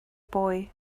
boy